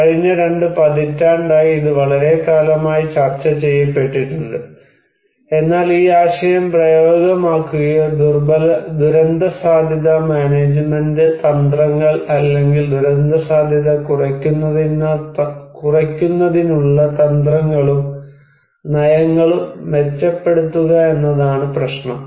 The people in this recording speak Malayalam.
കഴിഞ്ഞ രണ്ട് പതിറ്റാണ്ടായി ഇത് വളരെക്കാലമായി ചർച്ച ചെയ്യപ്പെട്ടിട്ടുണ്ട് എന്നാൽ ഈ ആശയം പ്രായോഗികമാക്കുകയോ ദുരന്തസാധ്യതാ മാനേജ്മെന്റ് തന്ത്രങ്ങൾ അല്ലെങ്കിൽ ദുരന്തസാധ്യത കുറയ്ക്കുന്നതിനുള്ള തന്ത്രങ്ങളും നയങ്ങളും മെച്ചപ്പെടുത്തുക എന്നതാണ് പ്രശ്നം